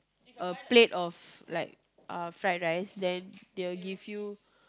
a plate of like uh fried rice then they will give you